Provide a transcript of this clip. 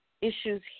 issues